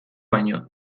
baino